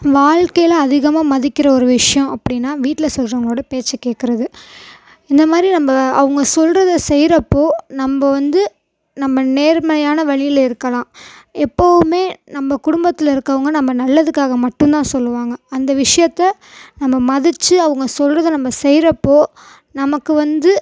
வாழ்க்கையில் அதிகமாக மதிக்கின்ற ஒரு விஷயம் அப்படினா வீட்டில் சொல்லுறவங்களோட பேச்சை கேட்குறது இந்த மாதிரி நம்ம அவங்கள் சொல்லுகிறத செய்கிறப்போ நம்ம வந்து நம்ம நேர்மையான வழியில் இருக்கலாம் எப்போவுமே நம்ம குடும்பத்தில் இருக்கிறவங்க நம்ம நல்லதுக்காக மட்டும் தான் சொல்லுவாங்க அந்த விசியத்தை நம்ம மதித்து அவங்க சொல்லுகிறத நம்ம செய்கிறப்போ நமக்கு வந்து